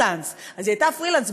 "פרילנס", אז היא הייתה פרילנס.